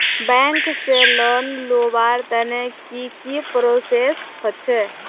Bank से loan लुबार तने की की प्रोसेस होचे?